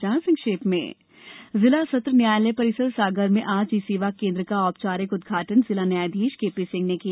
ई सेवा केंद्र जिला न्यायालय परिसर सागर में आज ई सेवा केन्द्र का औपचारिक उद्घाटन जिला न्यायाधीश केपी सिंह ने किया